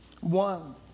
one